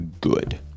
good